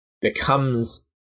becomes